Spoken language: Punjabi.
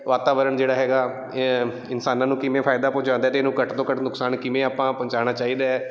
ਵਾਤਾਵਰਨ ਜਿਹੜਾ ਹੈਗਾ ਇਨਸਾਨਾਂ ਨੂੰ ਕਿਵੇਂ ਫਾਇਦਾ ਪਹੁੰਚਾਉਂਦਾ ਅਤੇ ਇਹਨੂੰ ਘੱਟ ਤੋਂ ਘੱਟ ਨੁਕਸਾਨ ਕਿਵੇਂ ਆਪਾਂ ਪਹੁੰਚਾਉਣਾ ਚਾਹੀਦਾ